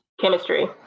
chemistry